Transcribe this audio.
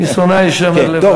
משונאי אשמר לבד.